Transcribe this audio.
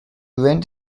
went